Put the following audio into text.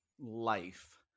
life